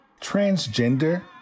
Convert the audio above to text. Transgender